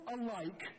alike